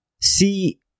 See